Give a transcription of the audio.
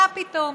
מה פתאום?